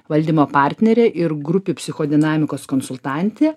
valdymo partnerė ir grupių psichodinamikos konsultantė